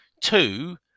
two